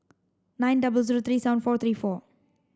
nine double zero three seven four three four